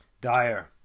Dire